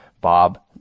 Bob